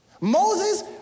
Moses